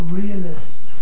realist